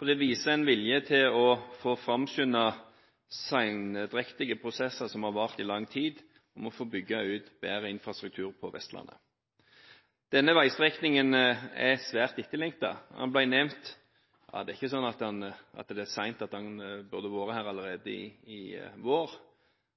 Og det viser en vilje til å få framskyndet sendrektige prosesser, som har vart i lang tid, med å bygge ut bedre infrastruktur på Vestlandet. Denne veistrekningen er svært etterlengtet. Det er ikke sånn at det er sent; at den burde vært her allerede i vår –